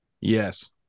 yes